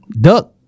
Duck